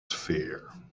fear